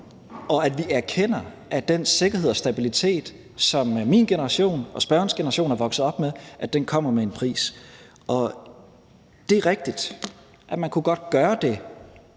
og at vi erkender, at den sikkerhed og stabilitet, som min generation og spørgerens generation er vokset op med, kommer med en pris. Det er rigtigt, at man godt kunne gøre det